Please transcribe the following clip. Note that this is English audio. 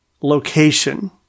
location